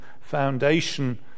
foundation